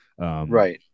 right